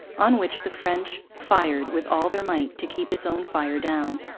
on which the french fired with all their might to keep its own fire down.